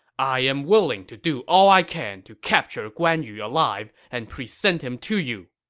i am willing to do all i can to capture guan yu alive and present him to you!